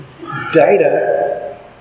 data